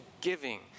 giving